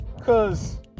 Cause